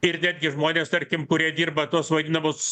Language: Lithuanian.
ir netgi žmonės tarkim kurie dirba tuos vadinamus